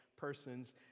persons